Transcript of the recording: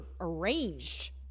arranged